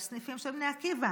יש סניפים של בני עקיבא.